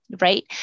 right